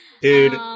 Dude